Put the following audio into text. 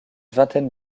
vingtaine